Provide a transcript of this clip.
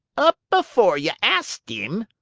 up before ye asked him!